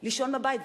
לישון בבית,